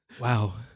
Wow